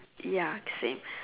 ya same